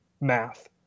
math